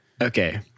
Okay